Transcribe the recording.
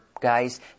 guys